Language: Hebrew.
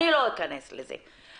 אני לא אכנס לזה.